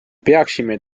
peaksime